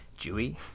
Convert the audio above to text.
Jewy